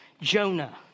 Jonah